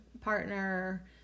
partner